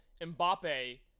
Mbappe